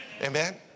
Amen